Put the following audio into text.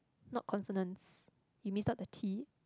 not consonance you miss out the T